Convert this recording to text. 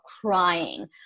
crying